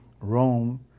Rome